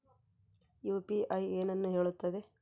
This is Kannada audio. ಯು.ಪಿ.ಐ ಏನನ್ನು ಹೇಳುತ್ತದೆ?